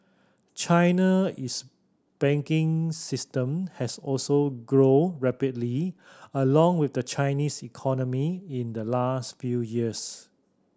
China is banking system has also grown rapidly along with the Chinese economy in the last few years